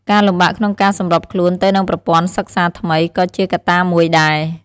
ការលំបាកក្នុងការសម្របខ្លួនទៅនឹងប្រព័ន្ធសិក្សាថ្មីក៏ជាកត្តាមួយដែរ។